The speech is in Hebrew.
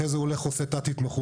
אחרי זה הוא עושה תת התמחות.